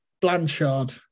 Blanchard